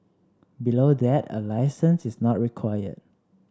below that a licence is not required